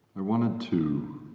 i wanted to